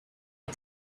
est